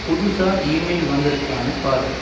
புதுசாக இமெயில் வந்திருக்கானு பார்